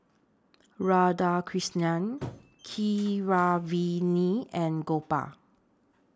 Radhakrishnan Keeravani and Gopal